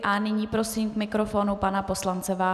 A nyní prosím k mikrofonu pana poslance Váchu.